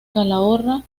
calahorra